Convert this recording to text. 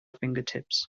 fingertips